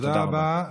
תודה רבה.